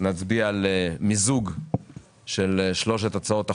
נצביע על מיזוג שלושת הצעות החוק.